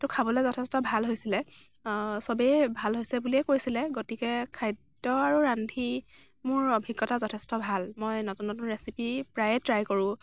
খাবলৈ যথেষ্ট ভাল হৈছিলে চবেই ভাল হৈছিলে বুলিয়েই কৈছিলে গতিকে খাদ্য় আৰু ৰান্ধি মোৰ অভিজ্ঞতা যথেষ্ট ভাল মই নতুন নতুন ৰেচিপি প্ৰায়ে ট্ৰাই কৰোঁ